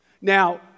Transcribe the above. Now